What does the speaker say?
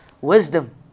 wisdom